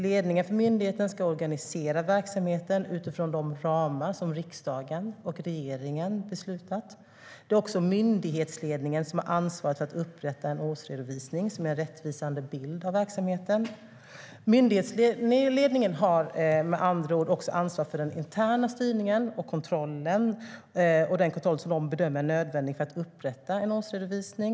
Ledningen för myndigheten ska organisera verksamheten utifrån de ramar som riksdagen och regeringen beslutat. Det är också myndighetsledningen som har ansvaret att upprätta en årsredovisning som ger en rättvisande bild av verksamheten. Myndighetsledningen har med andra ord också ansvar för den interna styrningen och den kontroll som man bedömer är nödvändig för att upprätta en årsredovisning.